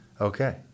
Okay